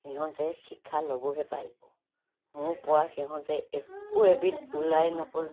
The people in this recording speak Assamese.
সিহঁতে শিক্ষা ল'বহে পাৰিব মোৰপৰা সিহঁতে একো এবিধ ওলাই নাপ'ল